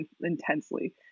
intensely